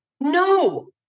No